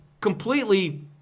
completely